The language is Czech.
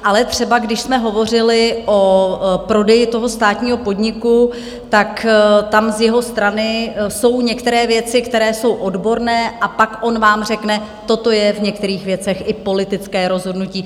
Ale třeba když jsme hovořili o prodeji toho státního podniku, tak tam z jeho strany jsou některé věci, které jsou odborné, a pak on vám řekne: toto je v některých věcech i politické rozhodnutí.